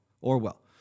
Orwell